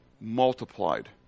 multiplied